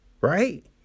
Right